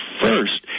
first